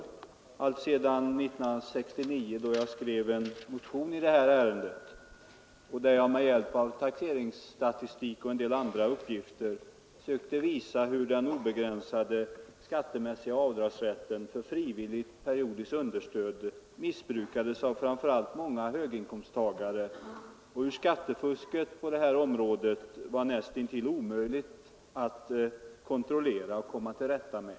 Redan 1969 skrev jag en motion i ärendet, i vilken jag med hjälp av taxeringsstatistik och en del andra uppgifter försökte visa hur den obegränsade skattemässiga avdragsrätten för frivilligt periodiskt understöd missbrukades av framför allt många höginkomsttagare och hur skattefusket på det området var nästan omöjligt att kontrollera och komma till rätta med.